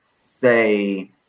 say